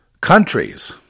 countries